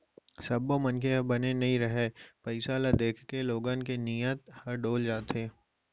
सब्बो मनखे ह बने नइ रहय, पइसा ल देखके लोगन के नियत ह डोल जाथे